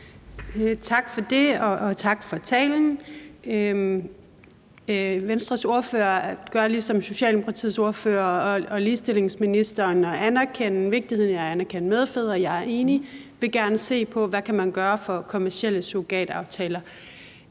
Tak for det, og tak for talen. Venstres ordfører gør ligesom Socialdemokratiets ordfører og ligestillingsministeren og anerkender vigtigheden af at anerkende medfædre. Jeg er enig. Og de vil gerne se på, hvad man kan gøre for kommercielle surrogataftaler.